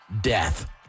death